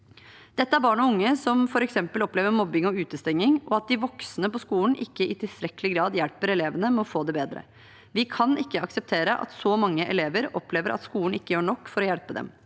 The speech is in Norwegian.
Dette er barn og unge som f.eks. opplever mobbing og utestenging, og at de voksne på skolen ikke i tilstrekkelig grad hjelper elevene med å få det bedre. Vi kan ikke akseptere at så mange elever opplever at skolen ikke gjør nok for å hjelpe dem.